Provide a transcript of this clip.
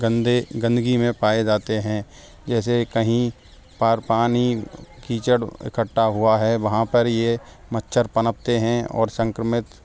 गंदे गंदगी में पाए जाते हैं जैसे कहीं पा पानी कीचड़ इकट्ठा हुआ है वहाँ पर ये मच्छर पनपते हैं और संक्रमित